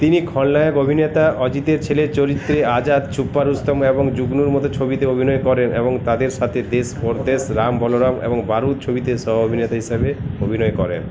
তিনি খলনায়ক অভিনেতা অজিতের ছেলের চরিত্রে আজাদ ছুপা রুস্তাম এবং জুগনুর মতো ছবিতে অভিনয় করেন এবং তাঁদের সাথে দেশ পরদেশ রাম বলরাম এবং বারুদ ছবিতে সহ অভিনেতা হিসেবে অভিনয় করেন